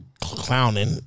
clowning